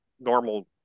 normal